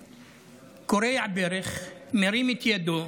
שכורע ברך, מרים את ידו,